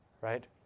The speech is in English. right